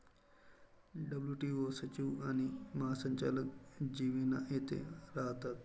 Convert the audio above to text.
WTO सचिव आणि महासंचालक जिनिव्हा येथे राहतात